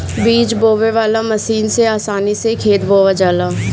बीज बोवे वाला मशीन से आसानी से खेत बोवा जाला